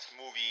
movie